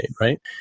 right